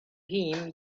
him